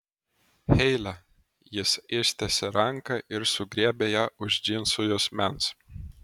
heile jis ištiesė ranką ir sugriebė ją už džinsų juosmens